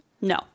No